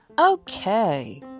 Okay